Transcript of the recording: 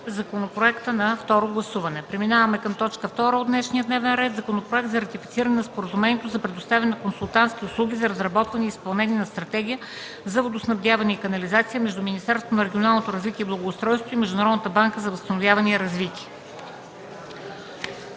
проведено на 27 февруари 2013 г., Комисията по бюджет и финанси разгледа Законопроекта за ратифициране на Споразумението за предоставяне на консултантски услуги за разработване и изпълнение на Стратегия за водоснабдяване и канализация между Министерството на регионалното развитие и благоустройството и Международната банка за възстановяване и развитие.